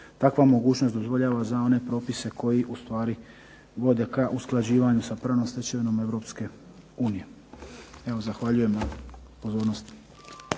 takva mogućnost dozvoljava za one propise koji ustvari vode k usklađivanju sa pravnom stečevinom EU. Evo zahvaljujem na pozornosti.